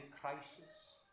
crisis